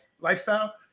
lifestyle